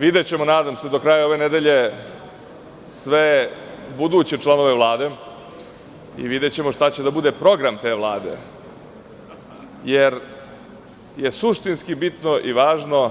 Videćemo nadam se do kraja ove nedelje sve buduće članove Vlade i videćemo šta će da bude program te Vlade, jer je suštinski bitno i važno